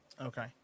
Okay